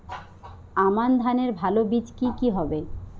আমান ধানের ভালো বীজ কি কি হবে?